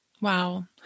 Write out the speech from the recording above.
Wow